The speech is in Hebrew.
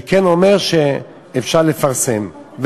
שכן אומר שאפשר לפרסם.